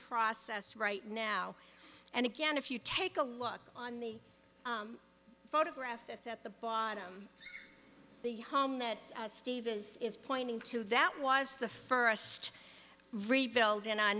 process right now and again if you take a look on the photograph that's at the bottom the home that steve is is pointing to that was the first rebuild in